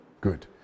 Good